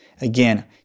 again